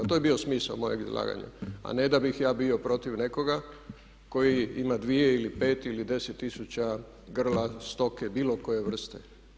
To je bio smisao mojeg izlaganja a ne da bih ja bio protiv nekoga koji ima 2 ili 5 ili 10 tisuća grla stoke bilo koje vrste.